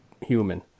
human